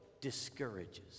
discourages